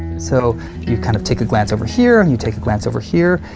so you kind of take a glance over here, and you take a glance over here,